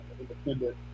independent